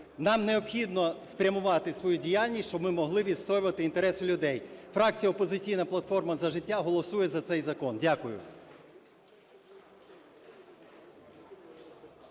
Нам необхідно спрямувати свою діяльність, щоб ми могли відстоювати інтереси людей. Фракція "Опозиційна платформа - За життя" голосує за цей закон. Дякую.